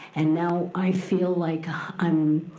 and now i feel like i'm